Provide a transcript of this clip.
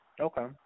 Okay